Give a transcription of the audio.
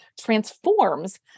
transforms